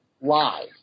live